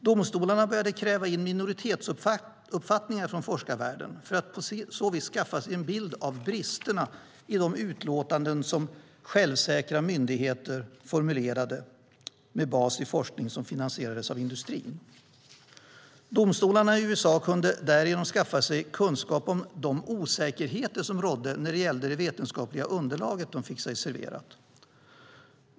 Domstolarna började kräva in minoritetsuppfattningar från forskarvärlden för att på så vis skaffa sig en bild av bristerna i de utlåtanden som självsäkra myndigheter formulerade med bas i forskning som finansierades av industrin. Domstolarna i USA kunde därigenom skaffa sig kunskap om de osäkerheter som rådde när det gällde det vetenskapliga underlag de fick sig serverat.